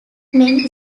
many